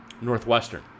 Northwestern